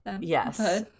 yes